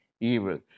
evil